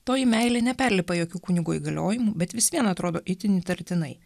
toji meilė neperlipa jokių kunigo įgaliojimų bet vis vien atrodo itin įtartinai